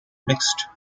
mixed